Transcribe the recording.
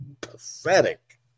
pathetic